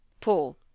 Paul